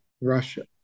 Russia